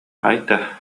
айта